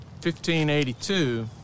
1582